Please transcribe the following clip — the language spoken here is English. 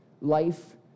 life